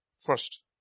First